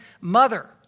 mother